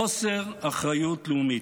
חוסר אחריות לאומית,